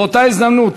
באותה הזדמנות